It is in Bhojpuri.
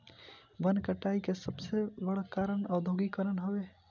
वन कटाई के सबसे बड़ कारण औद्योगीकरण हवे